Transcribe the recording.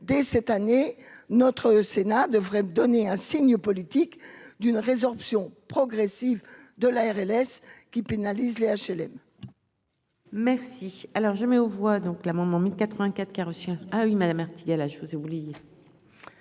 dès cette année, notre Sénat devrait donner un signe politique d'une résorption progressive de la RLS qui pénalise les HLM.